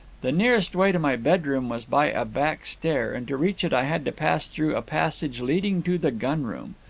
the nearest way to my bedroom was by a back stair, and to reach it i had to pass through a passage leading to the gun-room.